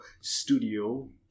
studio